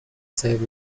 save